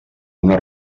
una